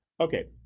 okay,